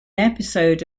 episode